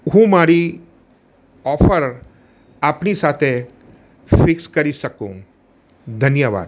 હું મારી ઓફર આપની સાથે ફિક્સ કરી શકું ધન્યવાદ